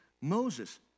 Moses